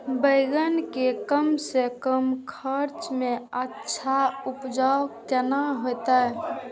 बेंगन के कम से कम खर्चा में अच्छा उपज केना होते?